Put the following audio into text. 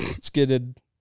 skidded